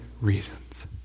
reasons